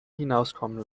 hinauskommen